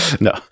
No